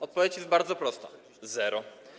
Odpowiedź jest bardzo prosta: zero.